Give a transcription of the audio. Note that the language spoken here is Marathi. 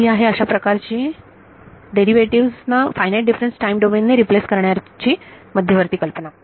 तर ही आहे अशा प्रकारची आहे डेरिव्हेटिव्हज ना फायनाईट डिफरन्स टाईम डोमेन ने रिप्लेस करण्याची ची मध्यवर्ती कल्पना